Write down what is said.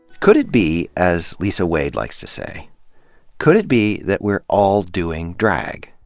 could it be, as lisa wade likes to say could it be that we're all doing drag?